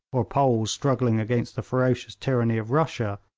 or poles struggling against the ferocious tyranny of russia,